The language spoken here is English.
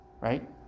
right